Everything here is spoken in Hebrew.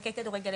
משחקי כדורגל,